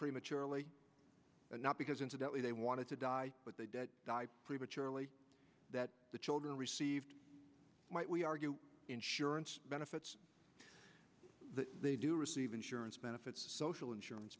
prematurely not because incidentally they wanted to die but they did die prematurely that the children received might we argue insurance benefits they do receive insurance benefits social insurance